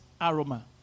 aroma